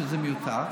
שזה מיותר,